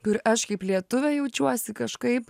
kur aš kaip lietuvė jaučiuosi kažkaip